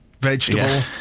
Vegetable